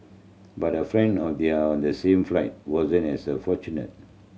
but a friend of their on the same flight wasn't as a fortunate